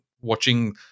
watching